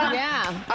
yeah.